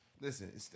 Listen